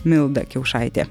milda kiaušaitė